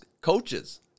coaches